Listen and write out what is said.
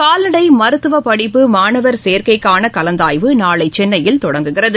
கால்நடை மருத்துவப் படிப்பு மாணவர் சேர்க்கைகான கலந்தாய்வு நாளை சென்னையில் தொடங்குகிறது